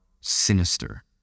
sinister